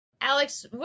Alex